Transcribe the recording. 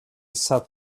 sat